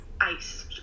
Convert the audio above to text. ice